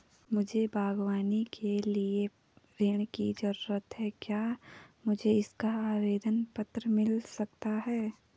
मुझे बागवानी के लिए ऋण की ज़रूरत है क्या मुझे इसका आवेदन पत्र मिल सकता है?